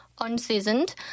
unseasoned